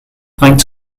faint